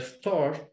store